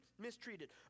mistreated